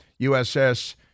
USS